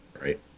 right